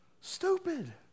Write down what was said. Stupid